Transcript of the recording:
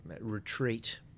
retreat